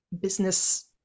business